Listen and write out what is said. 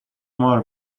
مار